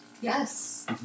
Yes